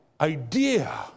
idea